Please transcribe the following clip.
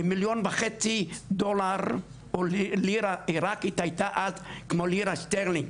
במיליון וחצי לירה עירקית הייתה אז כמו לירה סטרלינג,